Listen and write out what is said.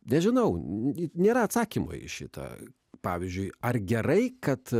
nežinau nes nėra atsakymo į šitą pavyzdžiui ar gerai kad